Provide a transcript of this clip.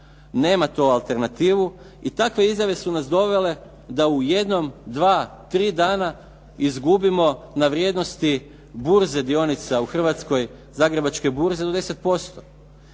Nema tu alternativu i takve izjave su nas dovele da u jednom, dva, tri dana izgubimo na vrijednosti burze dionica u Hrvatskoj, Zagrebačke burze do 10%.